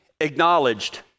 acknowledged